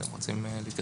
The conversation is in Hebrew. אתם רוצים להתייחס?